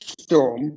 storm